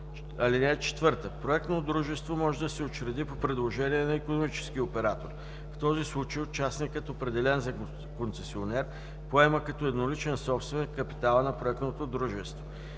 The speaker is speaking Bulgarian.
в офертата. (4) Проектно дружество може да се учреди по предложение на икономически оператор. В този случай участникът определен за концесионер, поема като едноличен собственик капитала на проектното дружество.